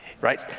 right